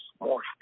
more